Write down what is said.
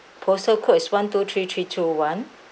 postal code is one two three three two one